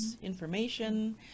information